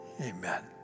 amen